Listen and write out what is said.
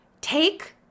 Take